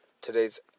today's